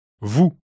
Vous